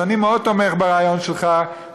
אז אני מאוד תומך ברעיון שלך,